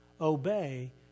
obey